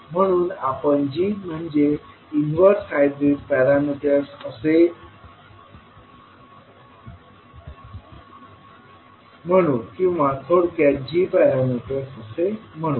म्हणून आपण g म्हणजे इन्वर्स हायब्रीड पॅरामीटर्स असे म्हणू किंवा थोडक्यात g पॅरामीटर्स असे म्हणू